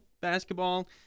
basketball